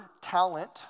talent